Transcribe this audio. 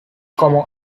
como